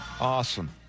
Awesome